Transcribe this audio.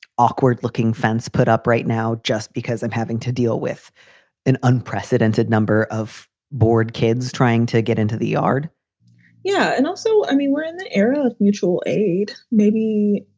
awkward looking fence put up right now just because i'm having to deal with an unprecedented number of bored kids trying to get into the yard yeah, and also, i mean, we're in an era of mutual aid, maybe